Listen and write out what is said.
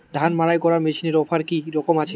ধান মাড়াই করার মেশিনের অফার কী রকম আছে?